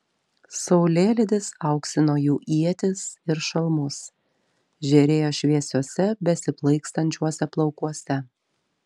saulėlydis auksino jų ietis ir šalmus žėrėjo šviesiuose besiplaikstančiuose plaukuose